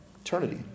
Eternity